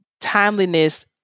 timeliness